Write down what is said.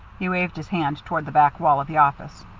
he waved his hand toward the back wall of the office.